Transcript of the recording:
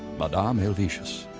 madame helvetius.